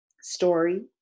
story